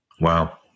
Wow